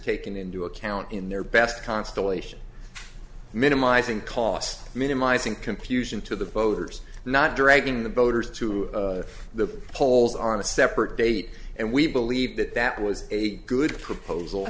taken into account in their best constellation minimizing cost minimizing computing to the voters not dragging the voters to the polls on a separate date and we believe that that was a good proposal